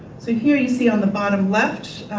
so here you see, on the bottom left,